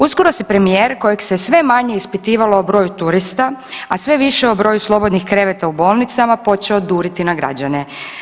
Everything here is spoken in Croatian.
Uskoro se premijer kojeg se sve manje ispitivalo o broju turista, a sve više o broju slobodnih kreveta u bolnicama počeo duriti na građane.